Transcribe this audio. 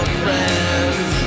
friends